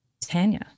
Tanya